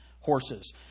horses